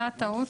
מה הטעות?